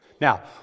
Now